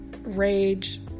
rage